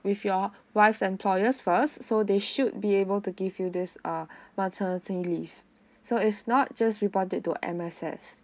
with your wife employers first so they should be able to give you this uh maternity leave so if not just report it to M_S_F